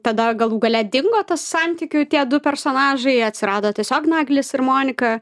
tada galų gale dingo tas santykių tie du personažai atsirado tiesiog naglis ir monika